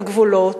את הגבולות,